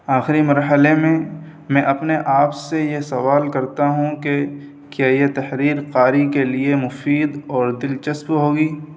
آخری مرحلے میں میں اپنے آپ سے یہ سوال کرتا ہوں کہ کیا یہ تحریر قاری کے لیے مفید اور دلچسپ ہوگی